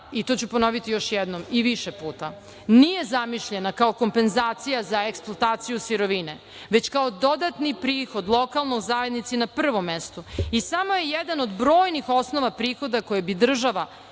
i to ću ponoviti još jednom i više puta, nije zamišljena kao kompenzacija za eksploataciju sirovine, već kao dodatni prihod lokalnoj zajednici na prvom mestu. Samo je jedan od brojnih osnova prihoda koje bi država